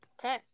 okay